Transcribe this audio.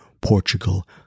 Portugal